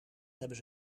hebben